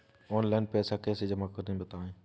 Online पैसा कैसे जमा करें बताएँ?